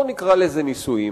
לא נקרא לזה נישואים,